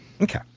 Okay